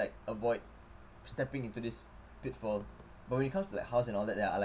like avoid stepping into this pitfall but when it comes to like house and all that they are